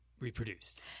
Reproduced